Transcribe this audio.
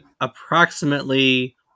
approximately